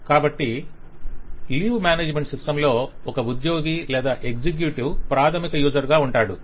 కాబట్టి leave management system లో ఒక ఉద్యోగి లేదా ఎగ్జిక్యూటివ్ ప్రాధమిక యూసర్ గా ఉంటాడు